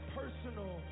personal